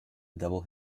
double